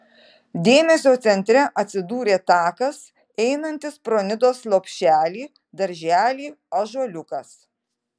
dėmesio centre atsidūrė takas einantis pro nidos lopšelį darželį ąžuoliukas